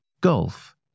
golf